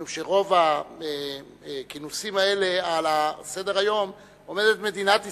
משום שברוב הכינוסים האלה על סדר-היום עומדת מדינת ישראל,